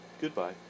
Goodbye